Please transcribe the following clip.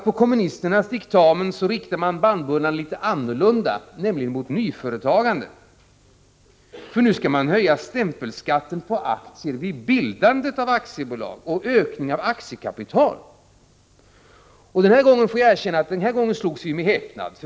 På kommunisternas diktamen riktar man bannbullan litet annorlunda, nämligen mot nyföretagande. Nu skall man höja stämpelskatten på aktier vid bildandet av aktiebolag och ökning av aktiekapital. Den här gången slogs vi med häpnad, det får jag erkänna.